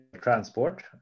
transport